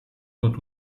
tôt